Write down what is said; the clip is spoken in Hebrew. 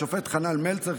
השופט חנן מלצר,